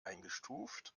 eingestuft